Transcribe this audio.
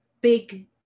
Big